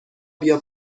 بیا